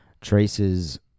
Trace's